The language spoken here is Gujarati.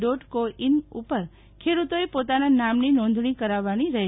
ડોટ કો ઇન ઉપર ખેડૂતોએ પોતાના નામની નોંધણી કરાવવાની રહેશે